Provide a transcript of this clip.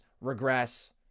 regress